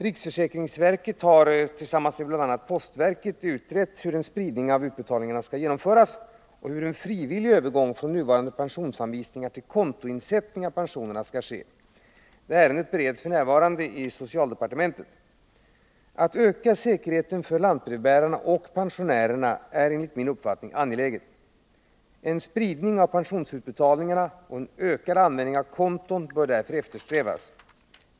Riksförsäkringsverket har i samråd med bl.a. postverket utrett hur en spridning av utbetalningarna skall genomföras och hur en frivillig övergång från nuvarande pensionsanvisningar till kontoinsättning av pensionerna skall ske. Ärendet bereds f.n. inom socialdepartementet. Att öka säkerheten för lantbrevbärarna och pensionärerna är enligt min uppfattning angeläget. En spridning av pensionsutbetalningarna och en ökad användning av konton bör därför eftersträvas.